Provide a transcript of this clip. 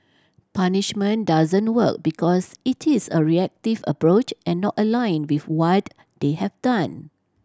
punishment doesn't work because it is a reactive approach and not aligned with what they have done